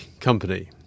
company